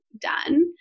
done